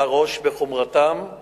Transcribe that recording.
אירעו